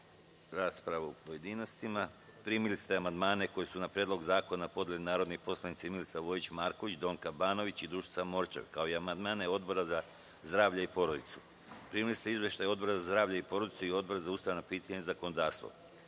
u pojedinostima. Primili ste amandmane koje su na Predlog zakona podneli narodni poslanici Milica Vojić Marković, Donka Banović i Dušica Morčev, kao i amandmane Odbora za zdravlje i porodicu. Primili ste izveštaje Odbora za zdravlje i porodicu i Odbora za ustavna pitanja i zakonodavstvo. Pošto